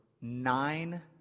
nine